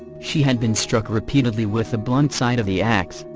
she had been struck repeatedly with the blunt side of the ax,